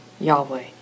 Yahweh